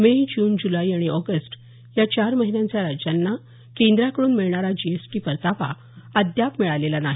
मे June जुलै आणि August या चार महिन्यांचा राज्यांना केंद्राकडून मिळणारा जीएसटी परतावा अद्याप मिळालेला नाही